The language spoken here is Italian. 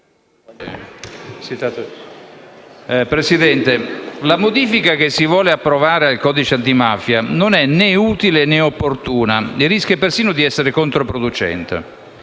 Presidente, «La modifica che si vuole approvare al codice antimafia non è né utile, né opportuna e rischia persino di essere controproducente.